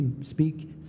speak